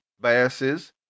biases